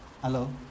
Hello